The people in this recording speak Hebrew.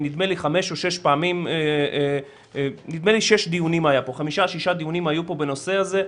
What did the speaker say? נדמה לי חמישה-שישה דיונים היו פה בנושא הזה.